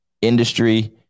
industry